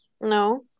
No